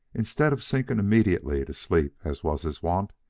instead of sinking immediately to sleep as was his wont,